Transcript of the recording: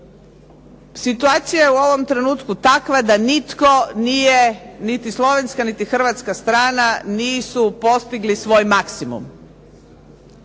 Situacija je u ovom trenutku takva da nitko nije, niti slovenska niti hrvatska strana, nisu postigli svoj maksimum.